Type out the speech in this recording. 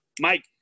Mike